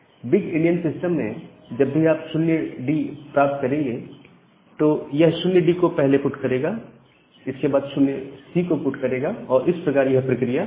big endian system में जब भी यह 0D प्राप्त करेगा तो यह 0D को पहले पुट करेगा इसके बाद 0C को पुट करेगा और इस प्रकार यह प्रक्रिया होगी